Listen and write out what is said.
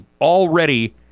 already